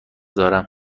دارم